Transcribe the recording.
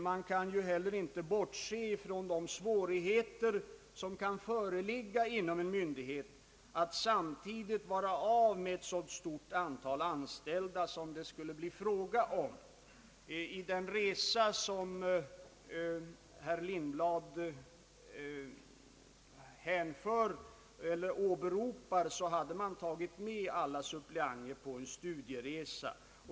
Man kan inte heller bortse från de svårigheter som kan finnas inom en myndighet att samtidigt vara av med ett så stort antal anställda som det skulle bli fråga om. Vid den studieresa som herr Lindblad åberopade hade alla suppleanter följt med.